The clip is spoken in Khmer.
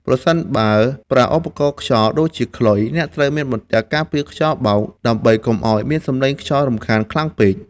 ប្រសិនបើប្រើឧបករណ៍ខ្យល់ដូចជាខ្លុយ អ្នកត្រូវមានបន្ទះការពារខ្យល់បោក ដើម្បីកុំឱ្យមានសំឡេងខ្យល់រំខានខ្លាំងពេក។